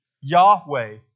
Yahweh